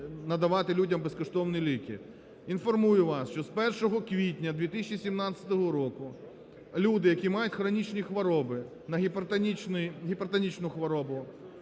надавати людям безкоштовні ліки? Інформую вас, що з 1 квітня 2017 року люди, які мають хронічні хвороби: гіпертонічну хворобу,